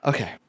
Okay